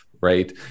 right